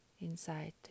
inside